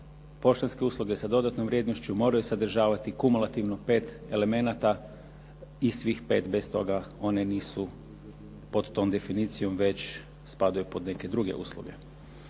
poštanske usluge sa dodatnom vrijednošću moraju sadržati kumulativno 5 elemenata i svih 5, bez toga one nisu pod tom definicijom, već spadaju pod neke druge usluge.